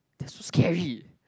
they are so scary